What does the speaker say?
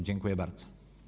Dziękuję bardzo.